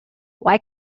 why